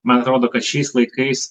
man atrodo kad šiais laikais